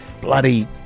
Bloody